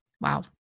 Wow